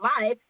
life